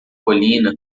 colina